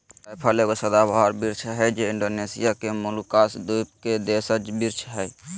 जायफल एगो सदाबहार वृक्ष हइ जे इण्डोनेशिया के मोलुकास द्वीप के देशज वृक्ष हइ